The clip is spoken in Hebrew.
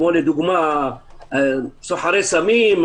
או סוחרי סמים,